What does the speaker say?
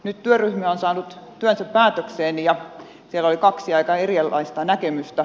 nyt työryhmä on saanut työnsä päätökseen ja siellä oli kaksi aika erilaista näkemystä